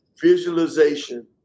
visualization